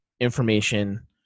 information